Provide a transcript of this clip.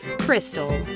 Crystal